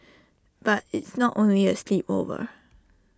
but it's not only A sleepover